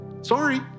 Sorry